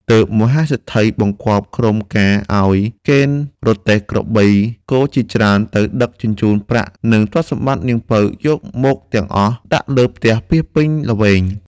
ទើបមហាសេដ្ឋីបង្គាប់ក្រុមការឲ្យកេណ្ឌរទេះក្របីគោជាច្រើន ទៅដឹកជញ្ជូនប្រាក់និងទ្រព្យសម្បត្តិនាងពៅ យកមកទាំងអស់ ដាក់លើផ្ទះពាសពេញល្វែង។